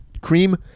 Cream